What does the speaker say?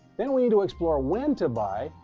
then we need to explore when to buy.